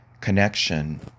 connection